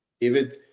David